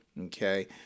okay